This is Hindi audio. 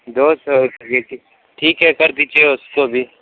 दो सौ चलिए ठीक ठीक है कर दीजिए उसको भी